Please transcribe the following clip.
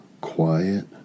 quiet